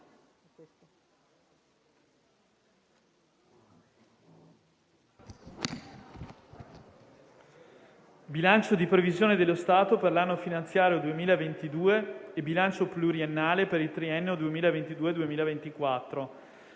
Bilancio di previsione dello Stato per l'anno finanziario 2022 e bilancio pluriennale per il triennio 2022-2024